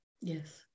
Yes